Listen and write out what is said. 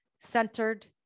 centered